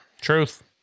Truth